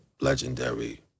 legendary